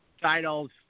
titles